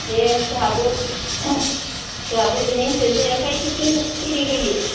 दे जोहाबो जोहाबो बिहायनो सोनसै ओमफ्राय थिउसन एरि होयो